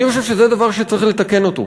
אני חושב שזה דבר שצריך לתקן אותו,